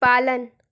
पालन